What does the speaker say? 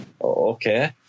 okay